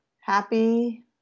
Happy